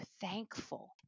thankful